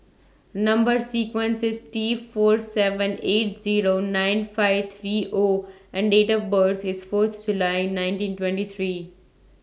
Number sequence IS T four seven eight Zero nine five three O and Date of birth IS Fourth July nineteen twenty three